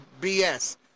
BS